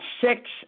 six